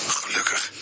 gelukkig